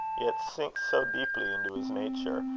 yet sinks so deeply into his nature,